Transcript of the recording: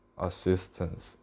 assistance